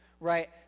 right